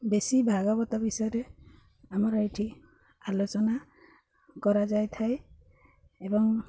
ବେଶୀ ଭାଗବତ ବିଷୟରେ ଆମର ଏଠି ଆଲୋଚନା କରାଯାଇଥାଏ ଏବଂ